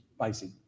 basic